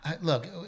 Look